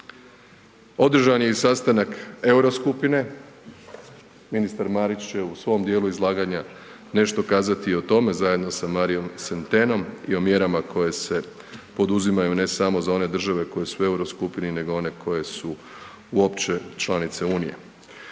Održan je i sastanak euro skupine, ministar Marić će u svom dijelu izlaganja nešto kazati i o tome zajedno sa Marijom Sentenom i o mjerama koje se poduzimaju, ne samo za one države koje su u euro skupini, nego i one koje su uopće članice unije.